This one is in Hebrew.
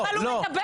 אבל הוא מדבר.